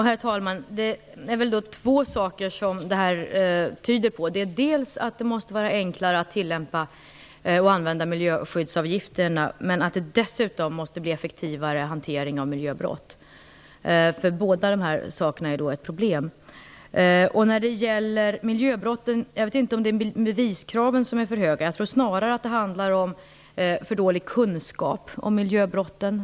Herr talman! Det är två saker som detta tyder på, dels måste det vara enklare att tillämpa och använda sig av miljöskyddsavgifter, dels måste det bli en effektivare hantering av miljöbrott. Båda dessa saker utgör ett problem. När det gäller miljöbrotten vet jag inte om det är beviskraven som är för höga. Jag tror snarare att det handlar om för dålig kunskap om miljöbrott.